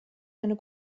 eine